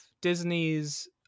Disney's